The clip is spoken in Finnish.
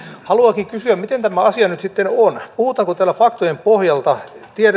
haluankin kysyä miten tämä asia nyt sitten on puhutaanko täällä faktojen pohjalta